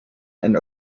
and